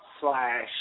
slash